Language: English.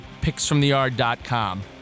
picksfromtheyard.com